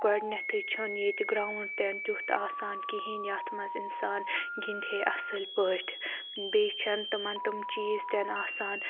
گۄڈنیٚتھٕے چھُنہٕ ییٚتہِ گرٛاوُنٛڈ تہِ تیُتھ آسان کِہیٖنٛۍ یتھ مَنٛز اِنسان گِنٛدہے اصٕل پٲٹھۍ بیٚیہِ چھَنہٕ تِمن تِم چیٖز تہِ آسان